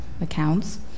accounts